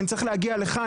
ואני צריך להגיע לכאן,